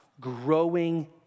growing